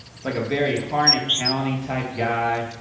it's like a very harnett county type guy,